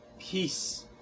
peace